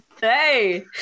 Hey